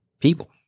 people